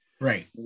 right